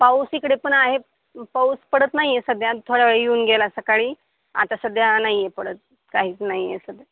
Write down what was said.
पाऊस इकडेपण आहे पाऊस पडत नाही आहे सध्या थोड्यावेळी येऊन गेला सकाळी आता सध्या नाही आहे पडत काहीच नाही आहे सध्या